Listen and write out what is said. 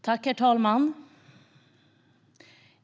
Herr talman!